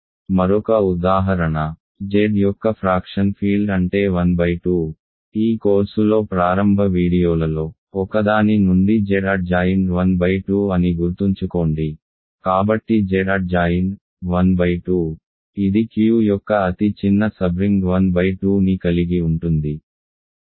మరొక ఉదాహరణ Z యొక్క ఫ్రాక్షన్ ఫీల్డ్ అంటే 12 ఈ కోర్సులో ప్రారంభ వీడియోలలో ఒకదాని నుండి Z అడ్ జాయిన్డ్ ప్రక్కనే ఉన్న 1 2 అని గుర్తుంచుకోండి కాబట్టి Z అడ్ జాయిన్డ్ 1 2 ఇది Q యొక్క అతి చిన్న సబ్రింగ్ 12 ని కలిగి ఉంటుంది